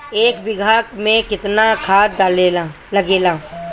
एक बिगहा में केतना खाद लागेला?